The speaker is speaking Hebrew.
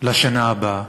לשנה הבאה.